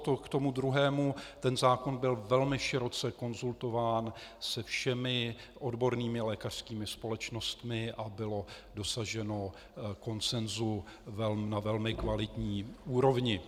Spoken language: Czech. K tomu druhému ten zákon byl velmi široce konzultován se všemi odbornými lékařskými společnostmi a bylo dosaženo konsensu na velmi kvalitní úrovni.